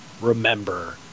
Remember